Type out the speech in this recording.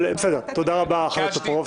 תודה רבה, חבר הכנסת טופורובסקי.